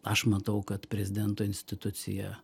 aš matau kad prezidento institucija